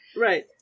Right